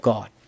God